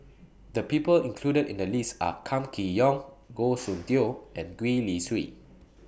The People included in The list Are Kam Kee Yong Goh Soon Tioe and Gwee Li Sui